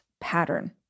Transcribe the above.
pattern